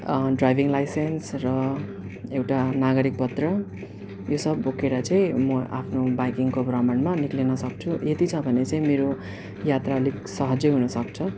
driving licence र एउटा नागरिक पत्र यो सब बोकेर चाहिँ म आफ्नो बाइकिङको भ्रमणमा निक्लिन सक्छु यति छ भने चाहिँ मेरो यात्रा अलिक सहजै हुनुसक्छ